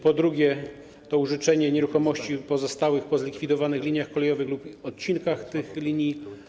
Po drugie, to użyczenie nieruchomości pozostałych po zlikwidowanych liniach kolejowych lub odcinkach tych linii.